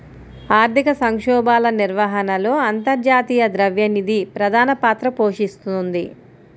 ఆర్థిక సంక్షోభాల నిర్వహణలో అంతర్జాతీయ ద్రవ్య నిధి ప్రధాన పాత్ర పోషిస్తోంది